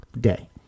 day